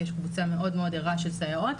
יש קבוצה מאוד מאוד ערה של סייעות,